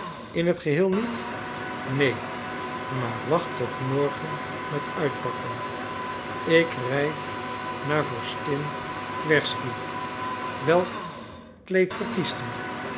in het geheel niet neen maar wacht tot morgen met uitpakken ik rijd naar vorstin twersky welk kleed verkiest u